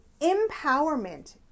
empowerment